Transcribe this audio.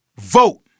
Vote